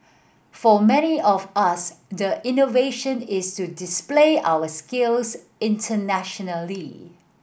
for many of us the innovation is to display our skills internationally